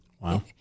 Wow